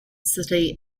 city